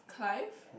Clive